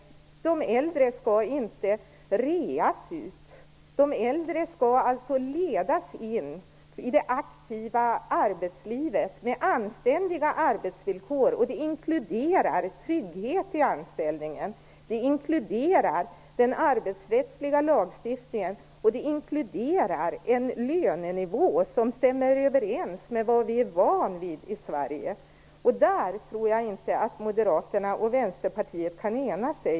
De äldre skall inte reas ut. De äldre skall ledas in i det aktiva arbetslivet med anständiga arbetsvillkor. Det inkluderar trygghet i anställningen, den arbetsrättsliga lagstiftningen och en lönenivå som stämmer överens med vad vi är vana vid i Sverige. Där tror jag inte att Moderaterna och Vänsterpartiet kan enas.